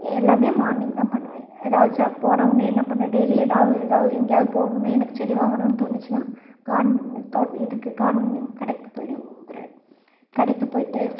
எல்லாம் மார்னிங் தான் பண்ணுவேன் எதாவது ச போனவோனே என்ன பண்ணுவேன் டெய்லி எதாவது எதாவது எங்கேயாவது போகணுன்னா எனக்கு செடி வாங்குணுன்னு தோணுச்சுனா கார்ட்னிங் தோட் எதுக்கு கார்ட்னிங் கடைக்கு போயிட்டிந்த்தாரு கடைக்கு போயிட்டு